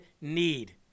need